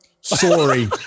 sorry